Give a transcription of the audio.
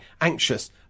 anxious